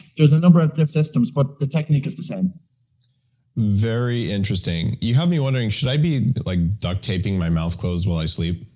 there's a number of but other systems, but the technique is the same very interesting. you have me wondering, should i be like duct taping my mouth closed while i sleep?